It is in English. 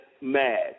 mad